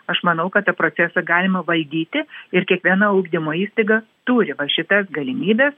aš manau kad tą procesą galima valdyti ir kiekviena ugdymo įstaiga turi šitas galimybes